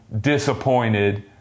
disappointed